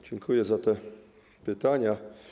Dziękuję za te pytania.